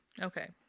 Okay